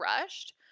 rushed